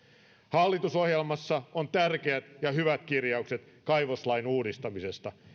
hallitusohjelmassa on tärkeät ja hyvät kirjaukset kaivoslain uudistamisesta